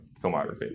filmography